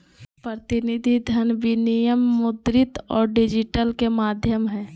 प्रतिनिधि धन विनिमय मुद्रित और डिजिटल के माध्यम हइ